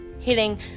hitting